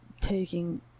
Taking